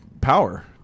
power